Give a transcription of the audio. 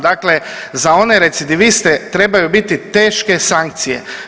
Dakle za one recidiviste trebaju biti teške sankcije.